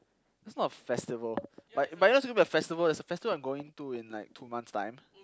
that's not a festival by by what you mean a festival is a festival that like I'm going to in like two months time